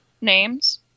names